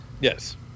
Yes